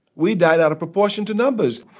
we died out of proportion to numbers.